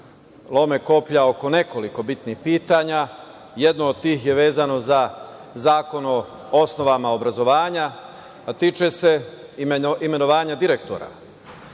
lome koplja oko nekoliko bitnih pitanja. Jedno od tih je vezano za Zakon o osnovama obrazovanja, a tiče se imenovanja direktora.